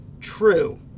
True